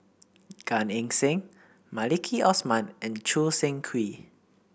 Gan Eng Seng Maliki Osman and Choo Seng Quee